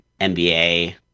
nba